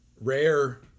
rare